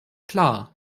klar